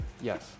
yes